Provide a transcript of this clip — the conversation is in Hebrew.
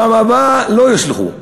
בפעם הבאה לא יסלחו,